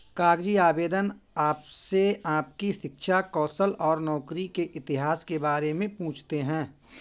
कागजी आवेदन आपसे आपकी शिक्षा, कौशल और नौकरी के इतिहास के बारे में पूछते है